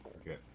Okay